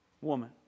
woman